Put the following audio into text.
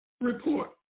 report